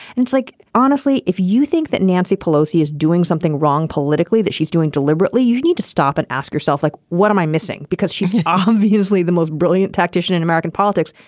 and it's like, honestly, if you think that nancy pelosi is doing something wrong politically, that she's doing deliberately, you need to stop and ask herself, like, what am i missing? because she's obviously the most brilliant tactician in american politics.